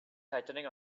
tightening